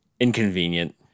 inconvenient